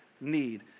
need